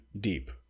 deep